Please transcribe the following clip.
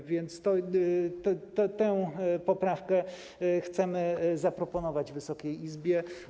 A więc tę poprawkę chcemy zaproponować Wysokiej Izbie.